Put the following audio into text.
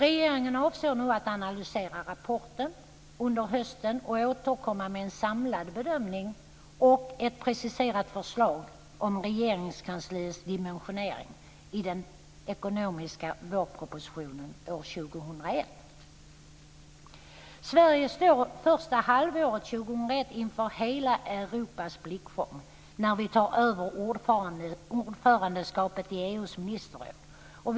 Regeringen avser att under hösten analysera rapporten och att i den ekonomiska vårpropositionen år 2001 återkomma med en samlad bedömning och ett preciserat förslag om Regeringskansliets dimensionering. Sverige står i hela Europas blickfång första halvåret 2001 då vi har ordförandeskapet i EU:s ministerråd.